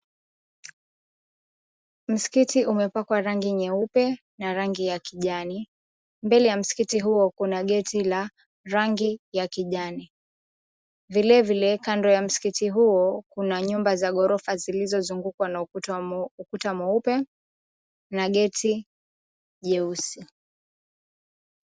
Msikiti umepakwa rangi nyeupe na rangi ya kijani, mbele ya msikiti huo kuna geti la rangi ya kijani, vilevile kando ya msikiti huo kuna ghorofa zilizozungukwa na ukuta mweupe na geti jeusi.